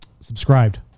subscribed